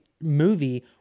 movie